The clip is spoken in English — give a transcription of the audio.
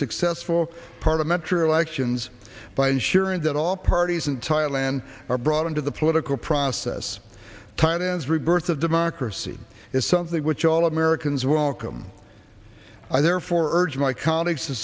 successful parliamentary elections by ensuring that all parties in thailand are brought into the political process titan's rebirth of democracy is something which all americans welcome i therefore urge